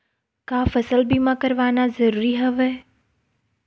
का फसल बीमा करवाना ज़रूरी हवय?